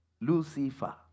Lucifer